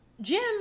Jim